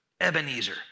Ebenezer